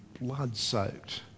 blood-soaked